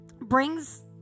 brings